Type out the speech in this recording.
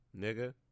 nigga